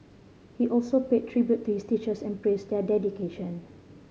he also paid tribute to his teachers and praised their dedication